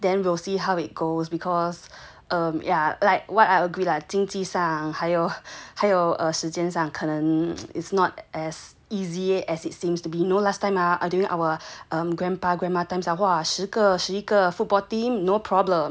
then we'll see how it goes because um yah like what I agree lah 经济上还有还有时间上可能 is not as easy as it seems to be you know last time ah during our grandpa grandma times !wah! 十个十一个 football team no problem